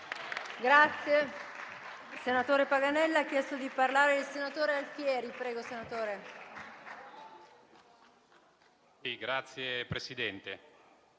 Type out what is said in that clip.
Grazie